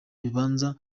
ibibanza